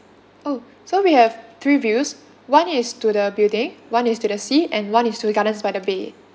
oh so we have three views one is to the building one is to the sea and one is to gardens by the bay